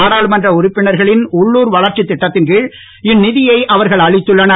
நாடாளுமன்ற உறுப்பினர்களில் உள்ளூர் வளர்ச்சித் திட்டத்தின் கீழ் இந்நிதியை அவர்கள் அளித்துள்ளனர்